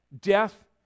Death